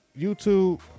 YouTube